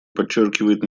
подчеркивает